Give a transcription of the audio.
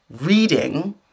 reading